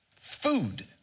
Food